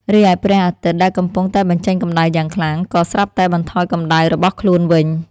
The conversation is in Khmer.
រីឯព្រះអាទិត្យ ដែលកំពុងតែបញ្ចេញកម្ដៅយ៉ាងខ្លាំង ក៏ ស្រាប់តែបន្ថយកម្ដៅរបស់ខ្លួនវិញ។